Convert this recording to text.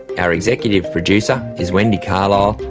our executive producer is wendy carlisle,